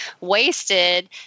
wasted